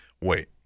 Wait